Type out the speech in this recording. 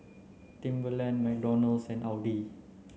Timberland McDonald's and Audi